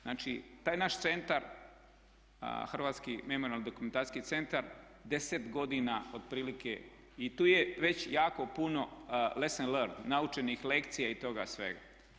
Znači, taj naš centar Hrvatski memorijalno-dokumentacijski centar 10 godina otprilike, i tu je već jako puno lesson learn, naučenih lekcija i toga svega.